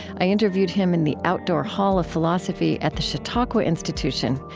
i interviewed him in the outdoor hall of philosophy at the chautauqua institution,